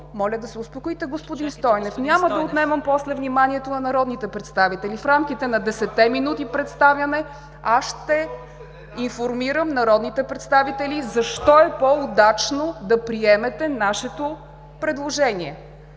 господин Стойнев! ДАНИЕЛА ДАРИТКОВА: Няма да отнемам после вниманието на народните представители. В рамките на 10-те минути представяне аз ще информирам народните представители защо е по-удачно да приемете нашето предложение.